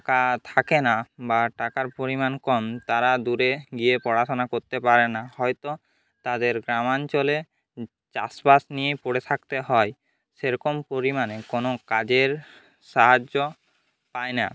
টাকা থাকে না বা টাকার পরিমাণ কম তারা দূরে গিয়ে পড়াশোনা করতে পারে না হয়তো তাদের গ্রামাঞ্চলে চাষবাস নিয়ে পড়ে থাকতে হয় সেরকম পরিমাণে কোনো কাজের সাহায্য পায় না